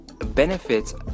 benefits